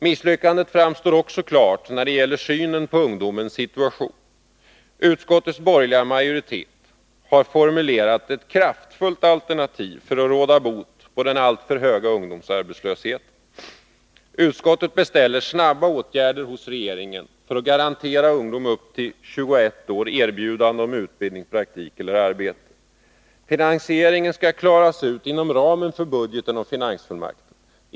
Misslyckandet framstår också klart när det gäller synen på ungdomens situation. Utskottets borgerliga majoritet har formulerat ett kraftfullt alternativ för att råda bot på den alltför höga ungdomsarbetslösheten. Utskottet beställer snabba åtgärder hos regeringen för att garantera ungdomar upp till 21 år erbjudande om utbildning, praktik eller arbete. Finansieringen skall klaras ut inom ramen för budgeten och finansfullmakten.